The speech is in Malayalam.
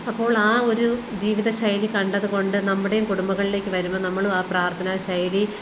അപ്പോൾ ആ ഒരു ജീവിതശൈലി കണ്ടത് കൊണ്ട് നമ്മുടെയും കുടുംബങ്ങളിലേക്ക് വരുമ്പം നമ്മളും ആ പ്രാർത്ഥന ശൈലി